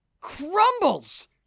crumbles